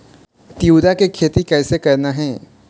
तिऊरा के खेती कइसे करना हे?